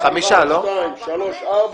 נתחיל עם הרביזיה: הצבעה על הרביזיה.